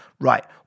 right